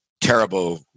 terrible